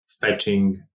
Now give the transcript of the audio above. fetching